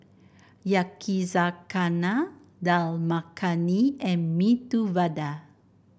Yakizakana Dal Makhani and Medu Vada